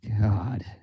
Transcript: God